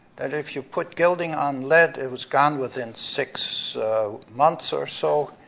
that if you put guilding on lead, it was gone within six months, or so,